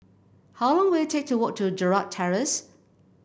how long will it take to walk to Gerald Terrace